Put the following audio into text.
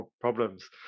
problems